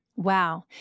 Wow